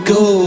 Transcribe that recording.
go